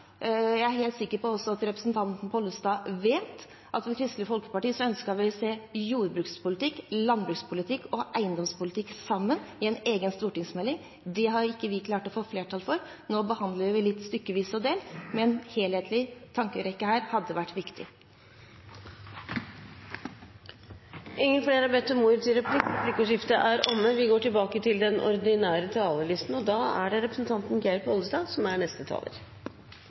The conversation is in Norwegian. Jeg er helt sikker på at også representanten Pollestad vet at vi i Kristelig Folkeparti ønsket å se jordbrukspolitikk, landbrukspolitikk og eiendomspolitikk sammen i en egen stortingsmelding. Det har vi ikke klart å få flertall for. Nå behandler vi dette litt stykkevis og delt, men en helhetlig tankerekke her hadde vært viktig. Replikkordskiftet er omme. Eg vil starta med å takka saksordføraren for iallfall å ha forsøkt å få til ei ryddig innstilling. Det